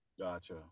Gotcha